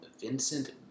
Vincent